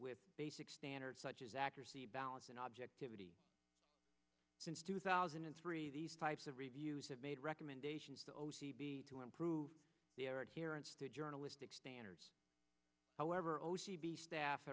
with basic standards such as accuracy balance and objectivity since two thousand and three these types of reviews have made recommendations to o c b to improve their adherence to journalistic standards however o c b staff